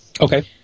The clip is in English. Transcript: Okay